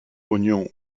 oignons